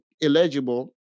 illegible